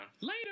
Later